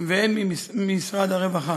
והן ממשרד הרווחה.